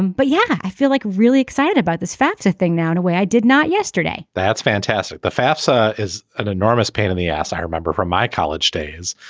um but yeah i feel like really excited by this fafsa thing now in a way i did not yesterday that's fantastic. the fafsa is an enormous pain in the ass i remember from my college days.